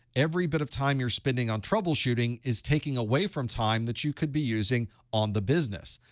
every bit of time you're spending on troubleshooting is taking away from time that you could be using on the business.